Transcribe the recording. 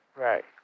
Right